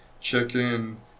chicken